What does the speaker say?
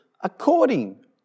according